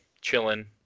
chilling